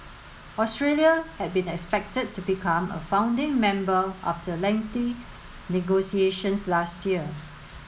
Australia had been expected to become a founding member after lengthy negotiations last year